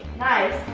nice,